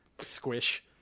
squish